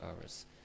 hours